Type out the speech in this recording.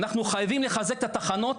אנחנו חייבים לחזק את התחנות.